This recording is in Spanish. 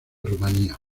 rumania